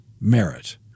merit